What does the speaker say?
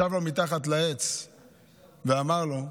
ישב לו מתחת לעץ ואמר לו: